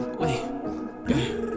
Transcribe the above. wait